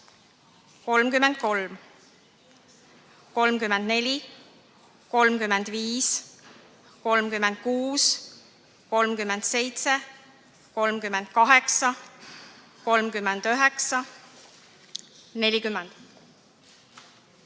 33, 34, 35, 36, 37, 38, 39, 40,